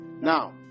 Now